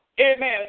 amen